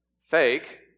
fake